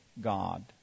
God